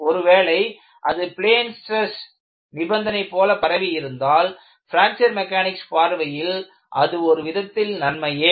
ஒருவேளை அது plane stress நிபந்தனை போல பரவியிருந்தால் பிராக்ச்சர் மெக்கானிக்ஸ் பார்வையில் அது ஒருவிதத்தில் நன்மையே